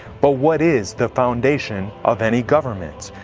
but what is the foundation of any government?